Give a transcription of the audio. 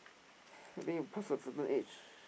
I think you pass a certain age